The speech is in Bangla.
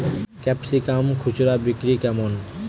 ক্যাপসিকাম খুচরা বিক্রি কেমন?